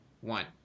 one